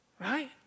Right